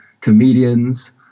comedians